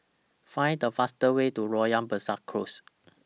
Find The fastest Way to Loyang Besar Close